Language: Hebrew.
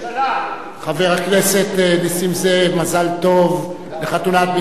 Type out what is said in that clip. חבר הכנסת נסים זאב, מזל טוב לחתונת בנך,